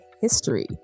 history